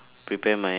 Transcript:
prepare my